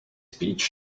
peach